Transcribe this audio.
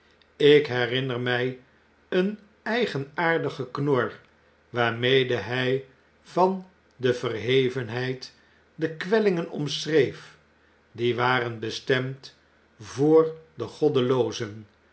ik herinner toy een eigenaardig geknor waarmede hy van de verhevenheid de kwellingen omschreef die waren bestemd voor de goddeloozerf